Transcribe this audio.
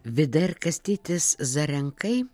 vida ir kastytis zarenkai